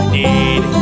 need